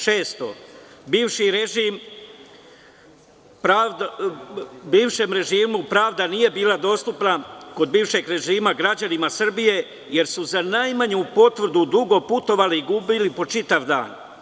Šesto, bivšem režimu pravda nije bila dostupna, kod bivšeg režima građanima Srbije, jer su za najmanju potvrdu dugo putovali i gubili po čitav dan.